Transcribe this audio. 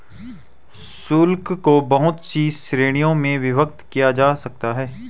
शुल्क को बहुत सी श्रीणियों में विभक्त किया जा सकता है